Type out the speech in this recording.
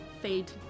fade